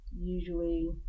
usually